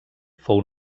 fou